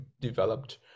developed